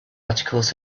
articles